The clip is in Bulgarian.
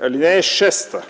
(6)